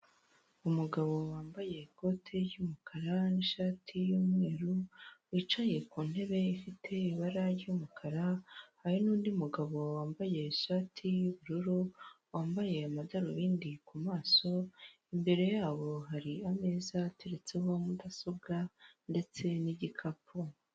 Umugabo wambaye ikote ry'umukara n'ishati y'umweru wicaye ku ntebe ifite ibara ry'umukara, hari n'undi mugabo wambaye ishati y'ubururu wambaye amadarubindi ku maso, imbere yabo hari ameza yateretseho mudasobwa ndetse n'igikapu.